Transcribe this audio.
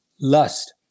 lust